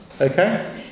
okay